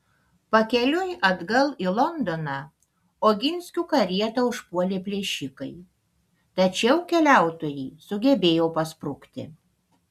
pakeliui atgal į londoną oginskių karietą užpuolė plėšikai tačiau keliautojai sugebėjo pasprukti